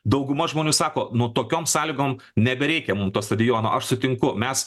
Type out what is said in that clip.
dauguma žmonių sako nu tokiom sąlygom nebereikia mum to stadiono aš sutinku mes